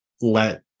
let